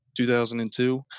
2002